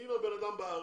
אם הבן אדם בארץ,